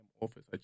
office